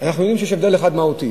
אנחנו יודעים שיש הבדל אחד מהותי.